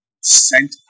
Sent